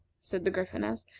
said the gryphoness,